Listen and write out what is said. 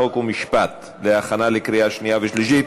חוק ומשפט להכנה לקריאה שנייה ושלישית.